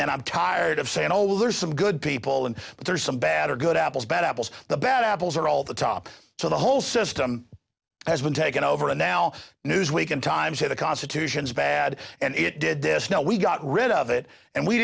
and i'm tired of saying old there are some good people and but there are some bad or good apples better apples the bad apples are all the top to the whole system has been taken over and now newsweek and time said the constitution is bad and it did this now we got rid of it and we